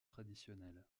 traditionnel